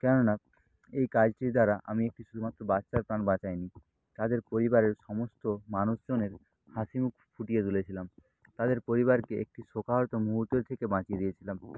কেননা এই কাজটির দ্বারা আমি একটি শুধুমাত্র বাচ্চার প্রাণ বাঁচাইনি তাদের পরিবারের সমস্ত মানুষজনের হাসিমুখ ফুটিয়ে তুলেছিলাম তাদের পরিবারকে একটি শোকাহত মুহূর্ত থেকে বাঁচিয়ে দিয়েছিলাম